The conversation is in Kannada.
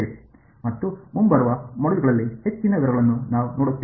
ಮತ್ತು ಮುಂಬರುವ ಮಾಡ್ಯೂಲ್ಗಳಲ್ಲಿ ಹೆಚ್ಚಿನ ವಿವರಗಳನ್ನು ನಾವು ನೋಡುತ್ತೇವೆ